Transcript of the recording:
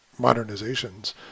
modernizations